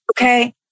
Okay